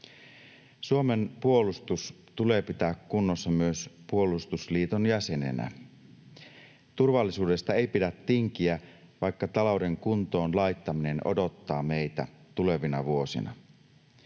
Suomen puolustus tulee pitää kunnossa myös puolustusliiton jäsenenä. Turvallisuudesta ei pidä tinkiä, vaikka talouden kuntoon laittaminen odottaa meitä tulevina vuosina.